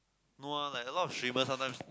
no lah like a lot of treatment sometimes